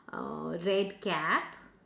err red cap